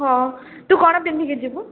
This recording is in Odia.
ହଁ ତୁ କ'ଣ ପିନ୍ଧିକି ଯିବୁ